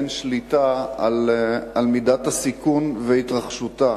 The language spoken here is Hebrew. אין שליטה על מידת הסיכון והתרחשותו,